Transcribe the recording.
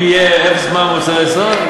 אם יהיה אפס מע"מ על מוצרי יסוד?